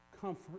comfort